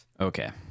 okay